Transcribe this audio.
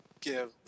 give